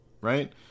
right